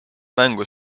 mängu